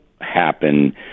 happen